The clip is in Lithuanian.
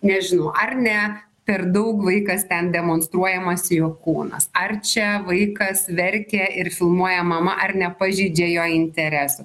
nežinau ar ne per daug vaikas ten demonstruojamas jo kūnas ar čia vaikas verkia ir filmuoja mama ar nepažeidžia jo interesų